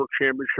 championship